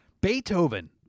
Beethoven